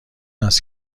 است